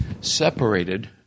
separated